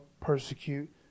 persecute